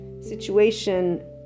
situation